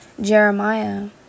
Jeremiah